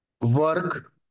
work